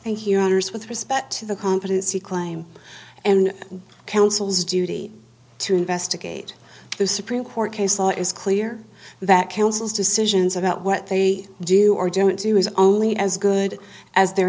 and here honors with respect to the competency claim and council's duty to investigate the supreme court case law is clear that counsels decisions about what they do or don't do is only as good as their